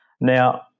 Now